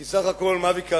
כי בסך הכול מה ביקשנו?